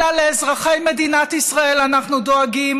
אלא לאזרחי מדינת ישראל אנחנו דואגים